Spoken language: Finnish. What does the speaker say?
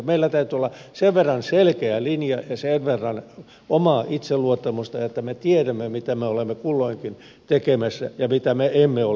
meillä täytyy olla sen verran selkeä linja ja sen verran omaa itseluottamusta että me tiedämme mitä me olemme kulloinkin tekemässä ja mitä me emme ole tekemässä